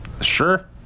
Sure